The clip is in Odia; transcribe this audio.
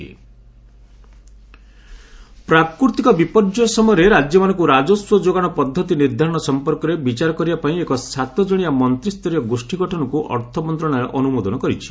ଫାଇନାନ୍ସ ମିନିଷ୍ଟ୍ରି ପ୍ରାକୃତିକ ବିପର୍ଯ୍ୟୟ ସମୟରେ ରାଜ୍ୟମାନଙ୍କୁ ରାଜସ୍ୱ ଯୋଗାଣ ପଦ୍ଧତି ନିର୍ଦ୍ଧାରଣ ସମ୍ପର୍କରେ ବିଚାରକରିବା ପାଇଁ ଏକ ସାତଜଣିଆ ମନ୍ତ୍ରୀସ୍ତରୀୟ ଗୋଷ୍ଠୀ ଗଠନକୁ ଅର୍ଥମନ୍ତ୍ରଣାଳୟ ଅନୁମୋଦନ କରିଛି